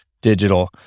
digital